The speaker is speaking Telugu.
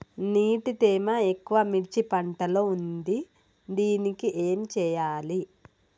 నీటి తేమ ఎక్కువ మిర్చి పంట లో ఉంది దీనికి ఏం చేయాలి?